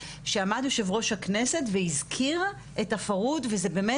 שעמד יושב ראש הכנסת והזכיר את הפרהוד וזה באמת,